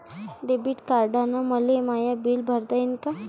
Debit कार्डानं मले माय बिल भरता येईन का?